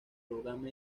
programa